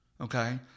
Okay